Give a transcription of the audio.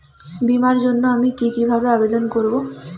বিমার জন্য আমি কি কিভাবে আবেদন করব?